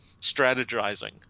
strategizing